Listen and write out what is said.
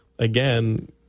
Again